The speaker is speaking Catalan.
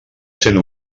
cent